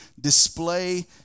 display